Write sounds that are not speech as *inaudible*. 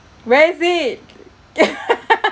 where is it *laughs*